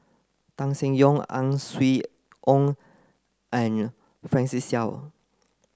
Tan Seng Yong Ang Swee Wun and Francis Seow